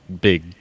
big